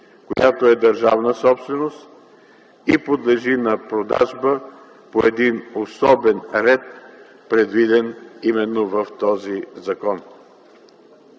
която е държавна собственост и подлежи на продажба по един особен ред, предвиден именно в този закон.